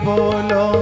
Bolo